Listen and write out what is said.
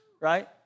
right